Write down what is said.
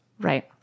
Right